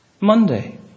Monday